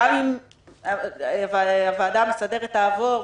גם אם הוועדה המסדרת תעבור,